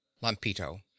Lampito